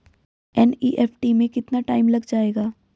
NEFT में कितना time लग जाएगा?